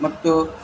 ಮತ್ತು